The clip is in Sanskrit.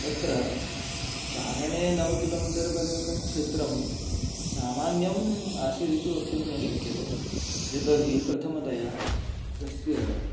तत्र चारणे नव किलोमीटर् परिमितं क्षेत्रं सामान्यम् आसीत् इति वक्तुं न शक्यते यतोहि प्रथमतया तस्य